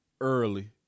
early